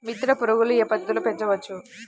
మిత్ర పురుగులు ఏ పద్దతిలో పెంచవచ్చు?